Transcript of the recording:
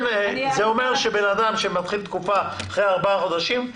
זה אומר שבן אדם שמתחיל תקופה אחרי ארבעה חודשים,